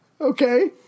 Okay